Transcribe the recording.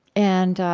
and